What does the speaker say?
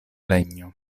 legno